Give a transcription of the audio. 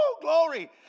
glory